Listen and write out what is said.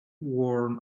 worn